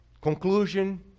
Conclusion